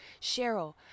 Cheryl